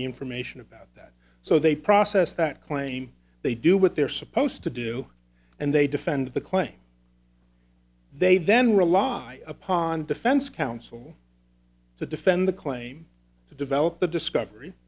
any information about that so they process that claim they do what they're supposed to do and they defend the claim they then rely upon defense counsel to defend the claim to develop the discovery